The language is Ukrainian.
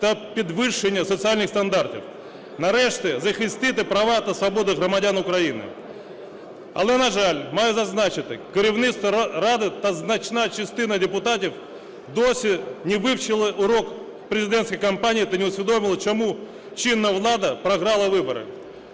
та підвищення соціальних стандартів, нарешті захистити права та свободи громадян України. Але, на жаль, маю зазначити: керівництво Ради та значна частина депутатів досі не вивчили урок президентської кампанії та не усвідомили, чому чинна влада програла вибори.